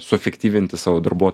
suefektyvinti savo darbuo